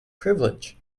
privilege